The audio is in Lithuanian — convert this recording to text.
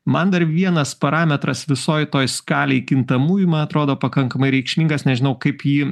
man dar vienas parametras visoj toj skalėj kintamųjų man atrodo pakankamai reikšmingas nežinau kaip jį